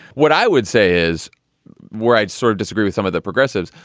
what i would say is where i'd sort of disagree with some of the progressives.